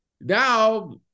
now